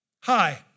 hi